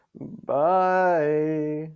Bye